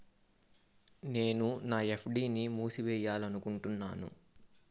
నేను నా ఎఫ్.డి ని మూసివేయాలనుకుంటున్నాను